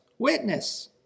Witness